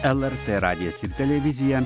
lrt radijas ir televizija